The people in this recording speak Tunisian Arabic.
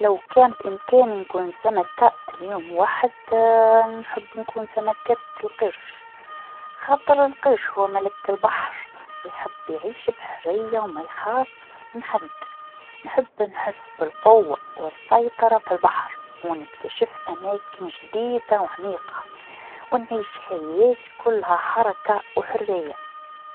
لو كان بإمكاني نكون سمكه ليوم واحد نحب نكون سمكة القرش خاطر القرش هو ملك البحر يحب يعيش بحريه و مايخاف من حد، نحب نحس بالقوه و السيطره في البحر و نكتشف أماكن جديده و عميقه و نعيش حياة كلها حركه و حريه.